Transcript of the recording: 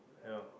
ya